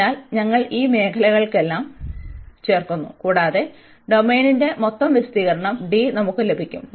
അതിനാൽ ഞങ്ങൾ ഈ മേഖലകളെല്ലാം ചേർക്കുന്നു കൂടാതെ ഡൊമെയ്നിന്റെ മൊത്തം വിസ്തീർണ്ണം D നമുക്ക് ലഭിക്കും